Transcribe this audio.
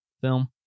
film